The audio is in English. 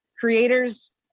Creators